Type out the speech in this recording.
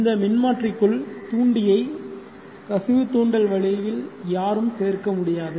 இந்த மின்மாற்றிக்குள் தூண்டியை கசிவு தூண்டல் வடிவில் யாரும் சேர்க்க முடியாது